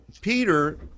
Peter